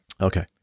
Okay